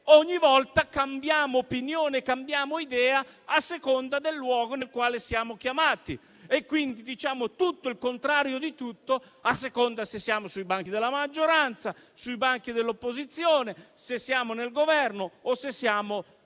ogni volta cambiamo opinione e cambiamo idea a seconda del luogo nel quale siamo chiamati. Quindi diciamo tutto e il contrario di tutto a seconda se siamo sui banchi della maggioranza o sui banchi dell'opposizione; se siamo al Governo o se siamo